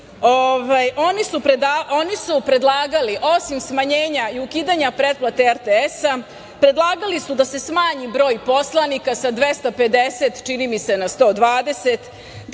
oni su predlagali, osim smanjenja i ukidanja pretplate RTS-a, predlagali su da se smanji broj poslanika sa 250 na 120,